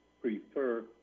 prefer